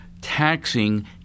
taxing